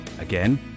Again